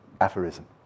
aphorism